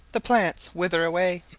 the plants wither away.